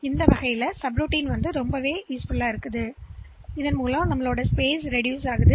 எனவே இந்த வழியை ஒவ்வொரு கட்டத்திலும் நான் இந்த வழக்கத்தை பயன்படுத்த விரும்புகிறேன் அதற்கு நான் ஒரு அழைப்பு கொடுக்க முடியும்